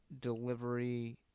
delivery